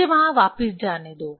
मुझे वहां वापस जाने दो